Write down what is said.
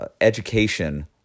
education